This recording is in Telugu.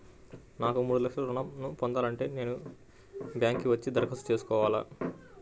నాకు మూడు లక్షలు ఋణం ను పొందాలంటే నేను బ్యాంక్కి వచ్చి దరఖాస్తు చేసుకోవాలా?